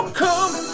come